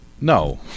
No